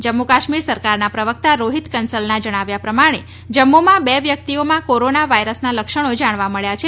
જમ્મુ કાશ્મીર સરકારના પ્રવકતા રોહિત કંસલના જણાવ્યા પ્રમાણે જમ્મુમાં બે વ્યકિતઓમાં કોરોના વાયરસના લક્ષણો જાણવા મળ્યા છે